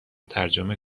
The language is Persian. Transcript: ترجمه